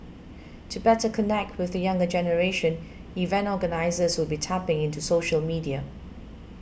to better connect with the younger generation event organisers will be tapping into social media